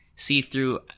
see-through